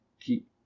keep